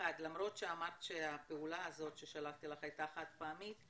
למרות שאמרת שהפעולה הזאת ששלחתי לך הייתה חד פעמית,